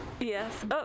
Yes